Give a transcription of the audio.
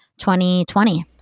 2020